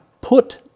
put